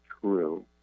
true